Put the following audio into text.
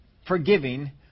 forgiving